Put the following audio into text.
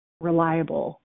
reliable